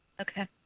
Okay